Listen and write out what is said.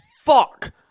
Fuck